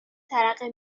ترقه